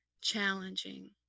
challenging